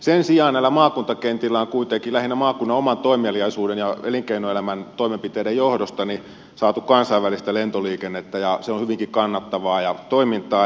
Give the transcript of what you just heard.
sen sijaan näillä maakuntakentillä on kuitenkin lähinnä maakunnan oman toimeliaisuuden ja elinkeinoelämän toimenpiteiden johdosta saatu kansainvälistä lentoliikennettä ja se on hyvinkin kannattavaa toimintaa